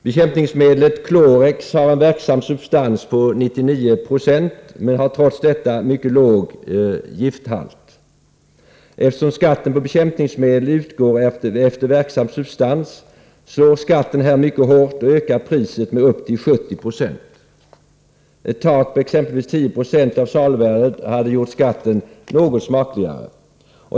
Bekämpningsmedlet Klorex har en verksam substans på 99 26 men har trots detta mycket låg gifthalt. Eftersom skatten på bekämpningsmedel utgår efter verksam substans slår skatten i detta fall mycket hårt och ökar priset med upp till 70 96. Ett tak på exempelvis 1096 av saluvärdet hade gjort skatten något smakligare.